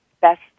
best